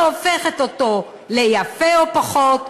לא הופכת אותו ליפה או פחות,